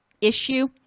issue